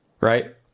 right